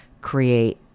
create